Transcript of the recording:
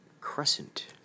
Crescent